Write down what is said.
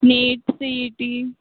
NEET C E T